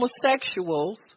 homosexuals